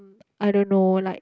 I don't know like